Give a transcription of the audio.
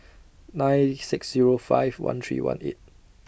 nine six Zero five one three one eight